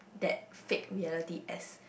that fact reality as